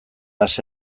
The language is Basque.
ase